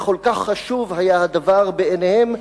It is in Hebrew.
וכל כך חשוב היה הדבר בעיניהם,